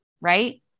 right